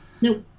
Nope